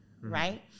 right